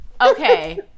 Okay